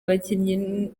abakinnyi